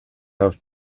have